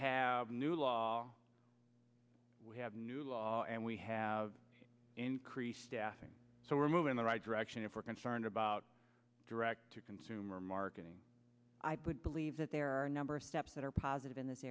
have new law we have new and we have increased staffing so we're moving in the right direction if we're concerned about direct to consumer marketing i put believe that there are a number of steps that are pas in this